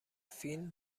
فیلم